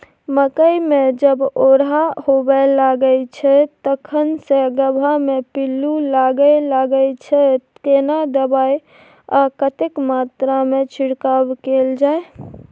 मकई मे जब ओरहा होबय लागय छै तखन से गबहा मे पिल्लू लागय लागय छै, केना दबाय आ कतेक मात्रा मे छिरकाव कैल जाय?